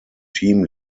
team